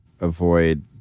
avoid